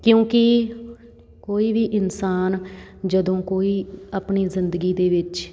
ਕਿਉਂਕਿ ਕੋਈ ਵੀ ਇਨਸਾਨ ਜਦੋਂ ਕੋਈ ਆਪਣੀ ਜ਼ਿੰਦਗੀ ਦੇ ਵਿੱਚ